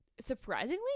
surprisingly